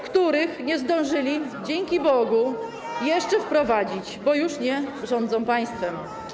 których nie zdążyli, dzięki Bogu, jeszcze wprowadzić, bo już nie rządzą państwem.